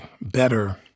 better